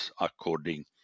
according